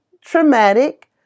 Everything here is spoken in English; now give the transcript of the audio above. traumatic